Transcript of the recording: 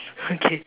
okay